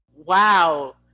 Wow